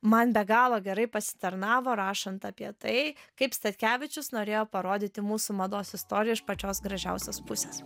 man be galo gerai pasitarnavo rašant apie tai kaip statkevičius norėjo parodyti mūsų mados istoriją iš pačios gražiausios pusės